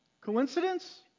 Coincidence